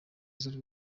z’u